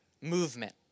movement